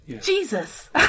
Jesus